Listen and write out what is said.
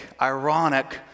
ironic